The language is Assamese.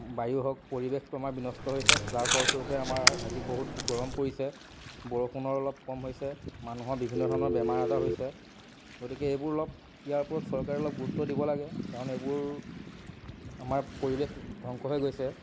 বায়ু হওক পৰিৱেশটো আমাৰ বিনষ্ট হৈছে তাৰফলস্বৰূপে আমাৰ আজি বহুত গৰম পৰিছে বৰষুণৰ অলপ কম হৈছে মানুহৰ বিভিন্ন ধৰণৰ বেমাৰ আজাৰ হৈছে গতিকে এইবোৰ অলপ ইয়াৰ ওপৰত চৰকাৰে অলপ গুৰুত্ব দিব লাগে কাৰণ এইবোৰ আমাৰ পৰিৱেশ ধ্বংস হৈ গৈছে